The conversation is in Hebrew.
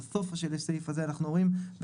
לסופה של הסעיף הזה אנחנו אומרים "..